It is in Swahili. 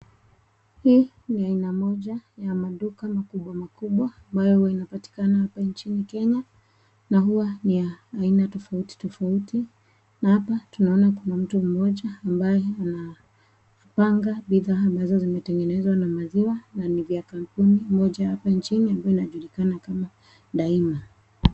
Aina moja ya maduka makubwa makubwa ambayo huwa inapatikana hapa nchini Kenya na huwa na aina tofauti tofauti. Hapa tunaona mtu mmoja ambaye anapanga bidhaa ambayo zimetengenezwa na maziwa na ni vya kampuni moja hapa nchini ambayo inajulikana kama Daima.